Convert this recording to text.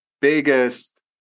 biggest